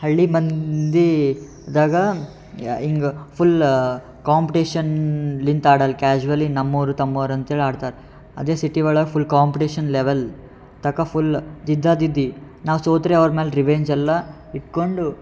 ಹಳ್ಳಿ ಮಂದಿ ದಾಗ ಹಿಂಗ ಫುಲ್ ಕಾಂಪ್ಟೇಶನ್ಲಿಂದ ಆಡಲ್ಲ ಕ್ಯಾಝುವಲಿ ನಮ್ಮವ್ರು ತಮ್ಮರು ಅಂತೇಳಿ ಆಡ್ತಾರೆ ಅದೇ ಸಿಟಿ ಒಳಗೆ ಫುಲ್ ಕಾಂಪ್ಟೇಶನ್ ಲೆವೆಲ್ ತನಕ ಫುಲ್ ಜಿದ್ದಾ ಜಿದ್ದಿ ನಾವು ಸೋತರೆ ಅವ್ರ ಮೇಲೆ ರಿವೇಂಜ್ ಎಲ್ಲ ಇಟ್ಟುಕೊಂಡು